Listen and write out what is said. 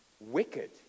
wicked